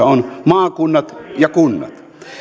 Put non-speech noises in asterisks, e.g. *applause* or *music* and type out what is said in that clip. *unintelligible* on maakunnat ja kunnat